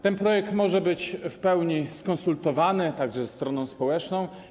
Ten projekt może być w pełni skonsultowany, także ze stroną społeczną.